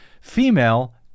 female